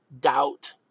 doubt